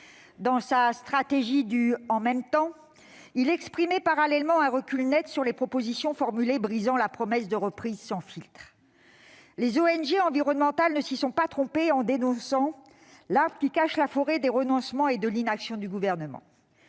Dans sa stratégie du « en même temps », il exprimait parallèlement un recul net sur les propositions formulées, brisant ainsi la promesse de reprise sans filtre. Les ONG environnementales ne se sont pas trompées en dénonçant l'arbre qui cache la forêt des renoncements et de l'inaction du Gouvernement.